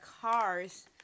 cars